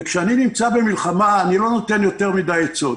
וכאשר אני נמצא במלחמה אני לא נותן יותר מדי עצות.